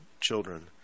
children